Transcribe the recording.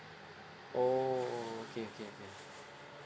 oh okay okay okay